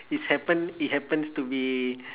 it's happen it happens to be